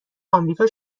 آمریکا